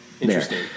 Interesting